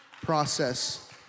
process